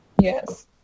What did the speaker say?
Yes